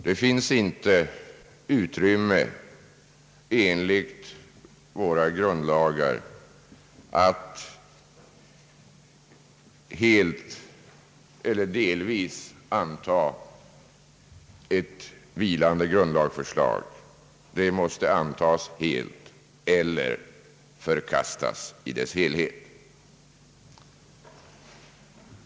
Det finns inte enligt våra grundlagar utrymme för att delvis anta ett vilande grundlagsförslag; det måste antas helt eller förkastas i dess helhet.